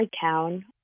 town